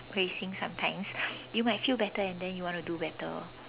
praising sometimes you might feel better and then you want to do better